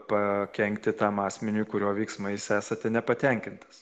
pakenkti tam asmeniui kurio veiksmais esate nepatenkintas